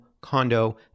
condo